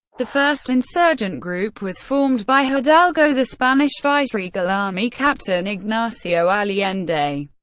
the first insurgent group was formed by hidalgo, the spanish viceregal army captain ignacio allende,